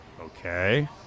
Okay